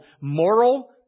moral